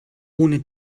ohne